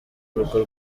urugo